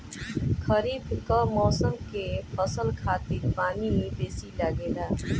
खरीफ कअ मौसम के फसल खातिर पानी बेसी लागेला